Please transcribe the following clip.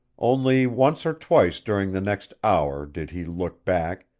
only once or twice during the next hour did he look back,